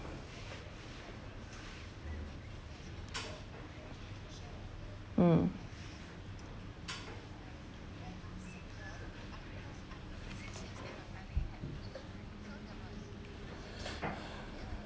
mm